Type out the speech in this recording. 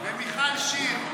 אבל יש אוכלוסייה שלמה,